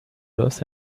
los